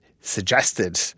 suggested